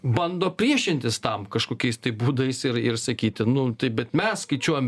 bando priešintis tam kažkokiais būdais ir ir sakyti nu taip bet mes skaičiuojam